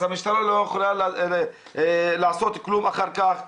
אז המשטרה לא יכולה לעשות כלום אחר כך,